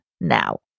now